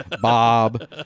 Bob